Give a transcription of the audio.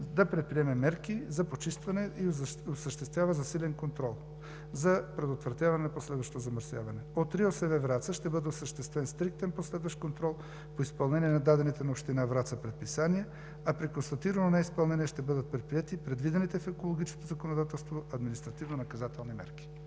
да предприеме мерки за почистване и да осъществява засилен контрол за предотвратяване на последващо замърсяване. От РИОСВ – Враца, ще бъде осъществен стриктен последващ контрол по изпълнение на дадените на Община Враца предписания, а при констатирано неизпълнение ще бъдат предприети предвидените в екологичното законодателство административнонаказателни мерки.